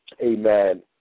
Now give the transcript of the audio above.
amen